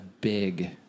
big